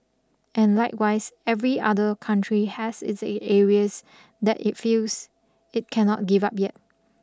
and likewise every other country has its areas that it feels it cannot give up yet